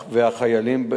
לנצור את זכר החללים,